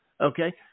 Okay